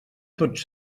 tots